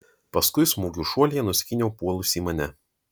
paskui smūgiu šuolyje nuskyniau puolusį mane